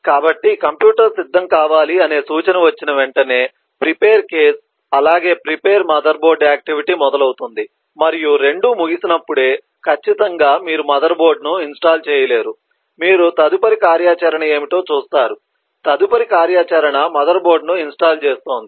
కాబట్టి కంప్యూటర్ సిద్ధం కావాలి అనే సూచన వచ్చిన వెంటనే ప్రిపేర్ కేస్ అలాగే ప్రిపేర్ మదర్బోర్డ్ యాక్టివిటీ మొదలవుతుంది మరియు రెండూ ముగిసినప్పుడే ఖచ్చితంగా మీరు మదర్ బోర్డ్ ను ఇన్స్టాల్ చేయలేరు మీరు తదుపరి కార్యాచరణ ఏమిటో చూస్తారు తదుపరి కార్యాచరణ మదర్బోర్డును ఇన్స్టాల్ చేస్తోంది